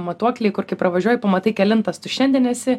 matuokliai kur kai pravažiuoji pamatai kelintas tu šiandien esi